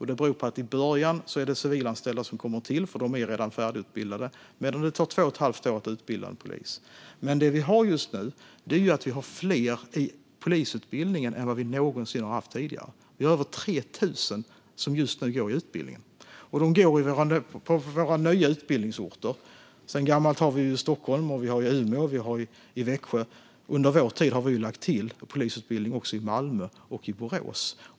Det beror på att det i början är civilanställda som tillkommer; de är redan färdigutbildade, medan det tar två och ett halvt år att utbilda en polis. Nu har vi fler i polisutbildningen än vad vi någonsin har haft tidigare. Vi har just nu över 3 000 som går utbildningen. Vi har nya utbildningsorter. Sedan gammalt har vi Stockholm, Umeå och Växjö. Under vår tid har vi lagt till polisutbildning i Malmö och Borås.